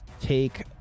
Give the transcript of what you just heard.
take